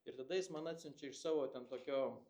ir tada jis man atsiunčia iš savo ten tokio